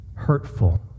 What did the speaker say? Hurtful